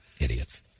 Idiots